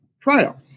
trial